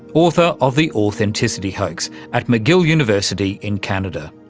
author of the authenticity hoax, at mcgill university in canada.